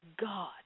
God